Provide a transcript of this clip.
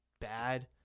bad